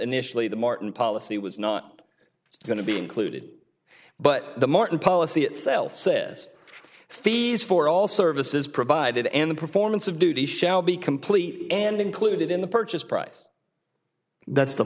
initially the martin policy was not going to be included but the martin policy itself says fees for all services provided and the performance of duty shall be complete and included in the purchase price that's the